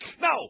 No